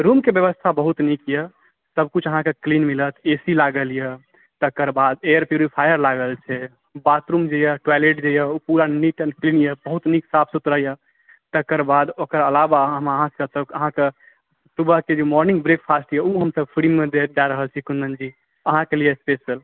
रुमके व्यवस्था बहुत नीक यऽ सब किछु अहाँकेँ क्लीन मिलत एसी लागल यऽ तकर बाद एयर प्यूरीफायर लागल छै बाथरुमे टॉयलेट जे यऽ ओ पुरा नीट आ क्लीन यऽ बहुत नीक साफ सुथड़ा यऽ तकर बाद ओकर आलावा हम अहाँकेॅं सुबहके जे मॉर्निंग ब्रेकफास्ट छै ओ हम सब फ्रीमे देल जा रहल छी कुन्दन जी अहाँकेँ लिए स्पेशल